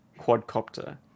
quadcopter